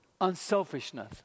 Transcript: unselfishness